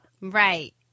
Right